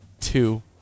two